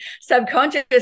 subconscious